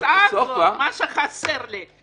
בהרצאה הזאת מה שחסר לי,